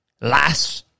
Last